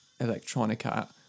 electronica